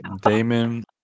Damon